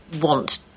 want